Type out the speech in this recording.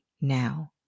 now